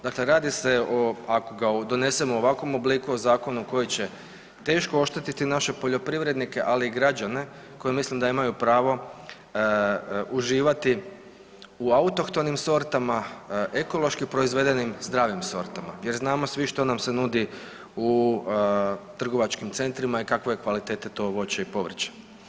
Dakle, radi se ako ga donesemo u ovakvom obliku o zakonu koji će teško oštetiti naše poljoprivrednike, ali i građane koji mislim da imaju pravo uživati u autohtonim sortama, ekološki proizvedenim, zdravim sortama jer znamo svi što nam se nudi u trgovačkim centrima i kakva je kvaliteta tog voća i povrća.